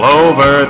over